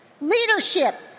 leadership